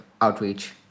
outreach